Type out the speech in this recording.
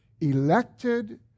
elected